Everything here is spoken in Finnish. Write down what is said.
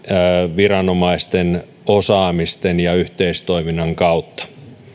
viranomaisten osaamisen ja yhteistoiminnan kautta